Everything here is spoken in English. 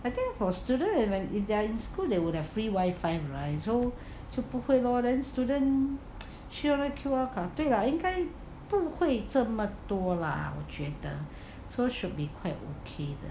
I think for students and if they are in school they would have free wi-fi right so 不会 lor 对 lah 应该不会这么多 lah 我觉得 so should be quite okay